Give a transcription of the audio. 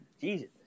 Jesus